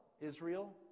Israel